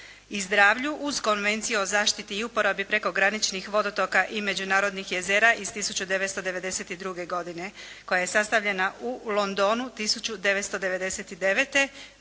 i zdravlju uz Konvenciju o zaštiti i uporabi prekograničnih vodotoka i međunarodnih jezera iz 1992. godine koja je sastavljena u Londonu 1999. koji